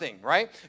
Right